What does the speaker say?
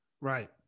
right